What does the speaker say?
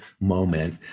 moment